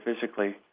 physically